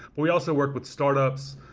but we also work with startups,